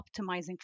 optimizing